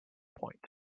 point